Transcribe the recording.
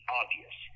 obvious